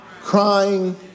crying